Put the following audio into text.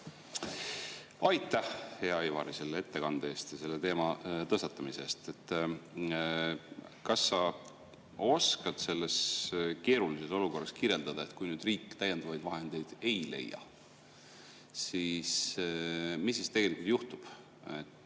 Aitäh, hea Ivari, selle ettekande eest ja selle teema tõstatamise eest! Kas sa oskad selles keerulises olukorras kirjeldada, et kui nüüd riik täiendavaid vahendeid ei leia, mis siis tegelikult juhtub?